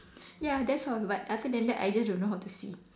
ya that's all but other than that I just don't know how to see